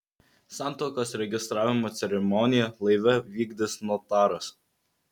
santuokos registravimo ceremoniją laive vykdys notaras